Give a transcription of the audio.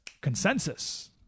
consensus